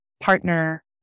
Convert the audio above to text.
partner